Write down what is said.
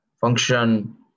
function